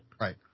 Right